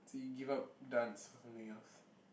so you give up dance for something else